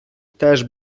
теж